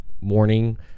morning